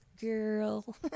girl